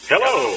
Hello